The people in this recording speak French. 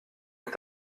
est